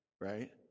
right